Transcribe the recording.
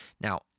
Now